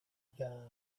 garb